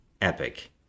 epic